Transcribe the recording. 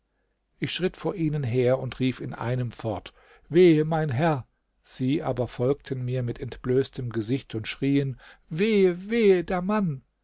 ich schritt vor ihnen her und rief in einem fort wehe mein herr sie aber folgten mir mit entblößtem gesicht und schrieen wehe wehe der mann